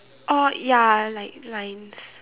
all ya like lines